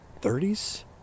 30s